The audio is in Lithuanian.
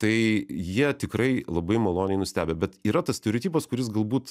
tai jie tikrai labai maloniai nustebę bet yra tas stereotipas kuris galbūt